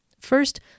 First